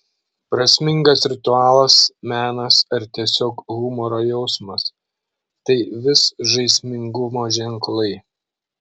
prasmingas ritualas menas ar tiesiog humoro jausmas tai vis žaismingumo ženklai